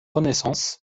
renaissance